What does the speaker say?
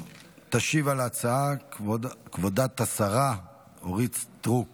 תשיב על ההצעה כבוד השרה אורית סטרוק